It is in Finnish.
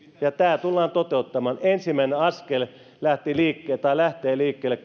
tämä tullaan toteuttamaan ensimmäinen askel lähtee liikkeelle